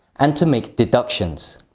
and to make deductions.